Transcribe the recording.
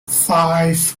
five